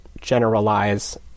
generalize